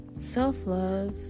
Self-love